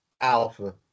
alpha